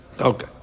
Okay